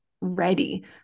ready